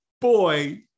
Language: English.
boy